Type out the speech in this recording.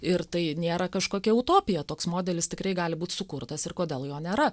ir tai nėra kažkokia utopija toks modelis tikrai gali būt sukurtas ir kodėl jo nėra